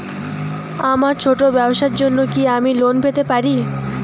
আমার ছোট্ট ব্যাবসার জন্য কি আমি লোন পেতে পারি?